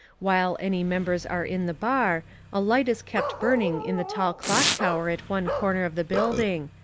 while any members are in the bar a light is kept burning in the tall clock tower at one corner of the building,